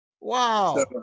Wow